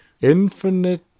Infinite